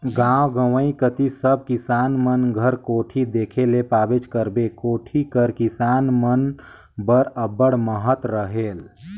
गाव गंवई कती सब किसान मन घर कोठी देखे ले पाबेच करबे, कोठी कर किसान मन बर अब्बड़ महत रहेल